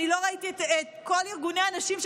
את כל ארגוני הנשים,